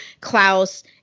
Klaus